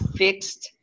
fixed